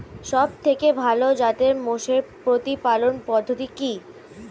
সবথেকে ভালো জাতের মোষের প্রতিপালন পদ্ধতি কি?